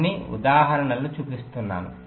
కొన్ని ఉదాహరణలు చూపిస్తాను